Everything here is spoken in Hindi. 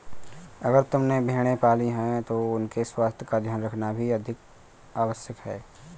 अगर तुमने भेड़ें पाली हैं तो उनके स्वास्थ्य का ध्यान रखना भी अतिआवश्यक है